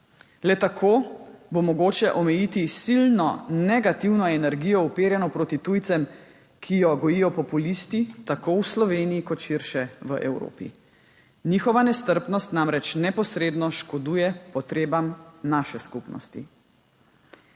Le tako bo mogoče omejiti silno negativno energijo, uperjeno proti tujcem, ki jo gojijo populisti, tako v Sloveniji kot širše v Evropi. Njihova nestrpnost namreč neposredno škoduje potrebam naše skupnosti.